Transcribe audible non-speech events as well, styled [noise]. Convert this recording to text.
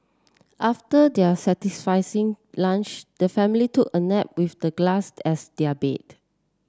after their satisfy [unintelligible] lunch the family took a nap with the glass as their bed